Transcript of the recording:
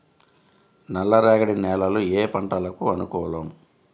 నల్లరేగడి నేలలు ఏ పంటలకు అనుకూలం?